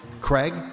Craig